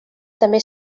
també